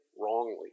wrongly